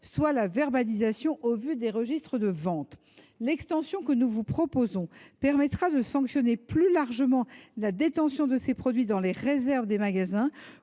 soit la verbalisation au vu des registres de vente. L’extension que nous vous proposons permettra de sanctionner plus largement la détention de ces produits dans les réserves des magasins